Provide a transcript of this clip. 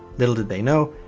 little did they know,